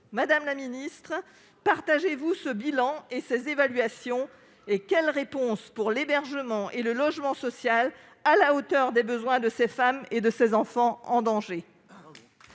Madame la ministre, partagez-vous ce bilan et ces évaluations ? Quelles réponses proposez-vous pour l'hébergement et le logement social qui soient à la hauteur des besoins de ces femmes et de ces enfants en danger ?